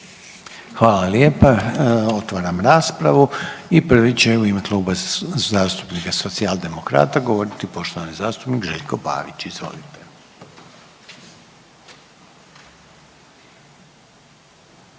Hvala lijepa. Otvaram raspravu i prvi će u ime Kluba zastupnika Socijaldemokrata govoriti poštovani zastupnik Željko Pavić. Izvolite.